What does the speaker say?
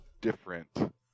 different